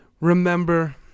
Remember